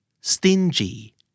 stingy